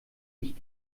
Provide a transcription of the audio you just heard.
ich